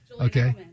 Okay